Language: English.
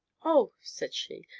oh! said she,